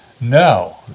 no